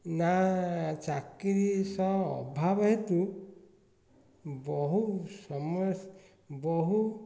ନା ଚାକିରି ସହ ଅଭାବ ହେତୁ ବହୁ ସମ ବହୁ